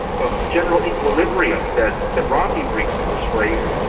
of general equilibrium that that romney brings to this race,